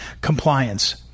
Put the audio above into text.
compliance